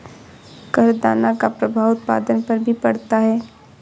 करादान का प्रभाव उत्पादन पर भी पड़ता है